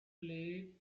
played